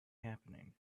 happening